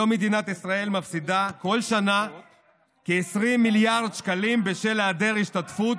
היום מדינת ישראל מפסידה כל שנה כ-20 מיליארד שקלים בשל היעדר השתתפות